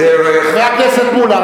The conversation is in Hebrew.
חבר הכנסת מולה,